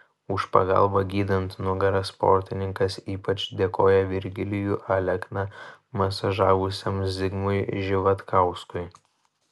už pagalbą gydant nugarą sportininkas ypač dėkoja virgilijų alekną masažavusiam zigmui živatkauskui